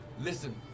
Listen